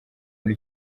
muri